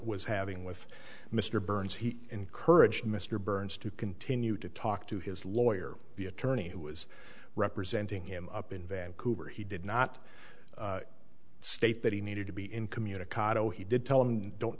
was having with mr burns he encouraged mr burns to continue to talk to his lawyer the attorney who was representing him up in vancouver he did not state that he needed to be incommunicado he did tell them don't